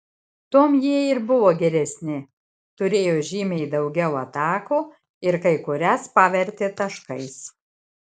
tuom jie ir buvo geresni turėjo žymiai daugiau atakų ir kai kurias pavertė taškais